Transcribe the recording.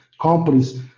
companies